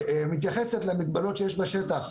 שמתייחסת למגבלות שיש בשטח.